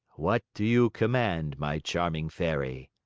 what do you command, my charming fairy?